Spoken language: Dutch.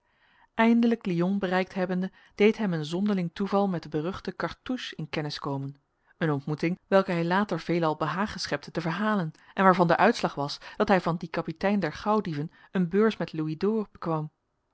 eindelijk lyon bereikt hebbende deed hem een zonderling toeval met den beruchten cartouche in kennis komen een ontmoeting welke hij later veelal behagen schepte te verhalen en waarvan de uitslag was dat hij van dien kapitein der gauwdieven een beurs met louis d'or bekwam